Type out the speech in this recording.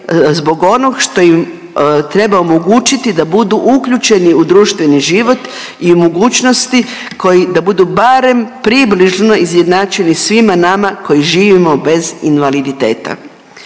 zbog onog što im treba omogućiti da budu uključeni u društveni život i mogućnosti da budu barem približno izjednačeni svima nama koji živimo bez invaliditeta.